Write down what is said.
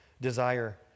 desire